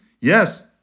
Yes